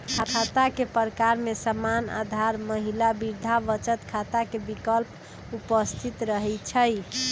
खता के प्रकार में सामान्य, आधार, महिला, वृद्धा बचत खता के विकल्प उपस्थित रहै छइ